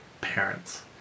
parents